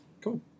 Cool